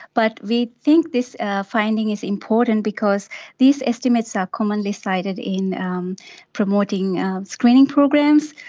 but we think this finding is important because these estimates are commonly cited in um promoting screening programs,